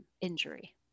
injury